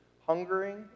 Hungering